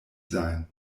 sein